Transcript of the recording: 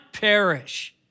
perish